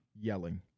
yelling